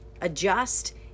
adjust